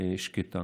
שקטה.